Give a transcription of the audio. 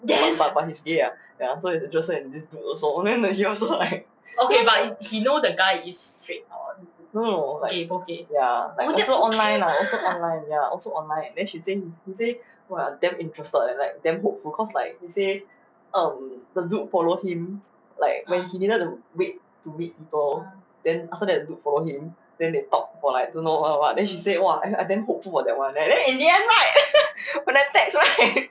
but but but he's gay ah ya so he's interested in this dude also oh ya then he also like no no no ya like also online lah also online ya also online then she say he he say !wah! damn interested damn hopeful cause like he say um the dude follow him like when he needed to wait to meet to meet people then after that the dude follow him then they talk don't know what what what then she say !wah! eh I damn hopeful for that [one] then in the end right when I text right